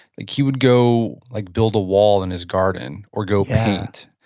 like he would go like build a wall in his garden, or go paint,